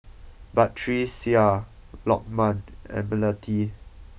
Batrisya Lokman and Melati